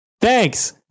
Thanks